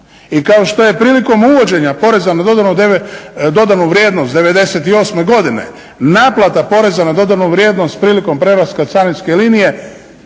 I kao što je prilikom uvođenja poreza na dodanu vrijednost 98. godine naplata poreza na dodanu vrijednost prilikom prelaska carinske linije